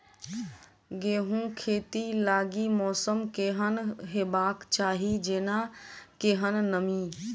गेंहूँ खेती लागि मौसम केहन हेबाक चाहि जेना केहन नमी?